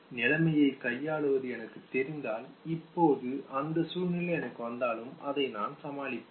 நிலைமையை கையாளுவது எனக்கு தெரிந்தால் இப்போது அந்த சூழ்நிலை எனக்கு வந்தாலும் அதை நான் சமாளிப்பேன்